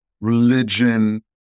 religion